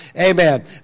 amen